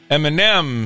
Eminem